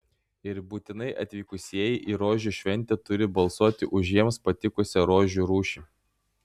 ir būtinai atvykusieji į rožių šventę turi balsuoti už jiems patikusią rožių rūšį